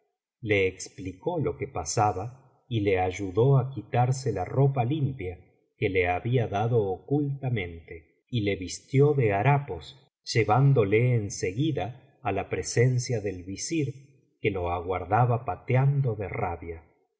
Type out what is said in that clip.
le explicó lo que pasaba y le ayudó á quitarse la ropa limpia que le había dado ocultamente y le vistió ele harapos llevándole en seguida á la presencia del visir que lo aguardaba pateando de rabia